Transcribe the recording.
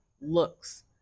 looks